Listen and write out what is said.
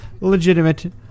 legitimate